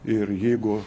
ir jeigu